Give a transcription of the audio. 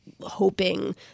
hoping